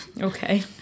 Okay